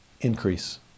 increase